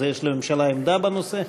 אז יש לממשלה עמדה בנושא?